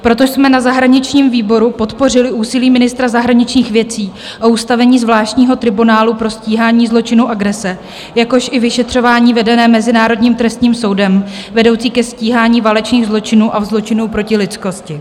Proto jsme na zahraničním výboru podpořili úsilí ministra zahraničních věcí o ustavení zvláštního tribunálu pro stíhání zločinů agrese, jakož i vyšetřování vedené Mezinárodním trestním soudem, vedoucí ke stíhání válečných zločinů a zločinů proti lidskosti.